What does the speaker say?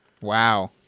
Wow